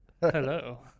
Hello